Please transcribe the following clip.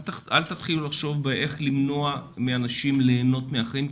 אל תתחילו לחשוב איך למנוע מאנשים ליהנות מהחיים,